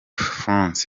franc